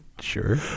Sure